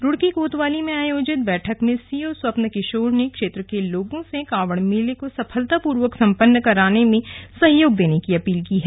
रुड़की कोतवाली में आयोजित बैठक में सीओ स्वप्न किशोर ने क्षेत्र के लोगों से कांवड़ मेले को सफलतापूर्वक सम्पन्न कराने में सहयोग देने की अपील की है